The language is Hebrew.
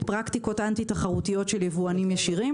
פרקטיקות אנטי תחרותיות של יבואנים ישירים.